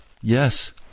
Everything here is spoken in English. Yes